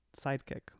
sidekick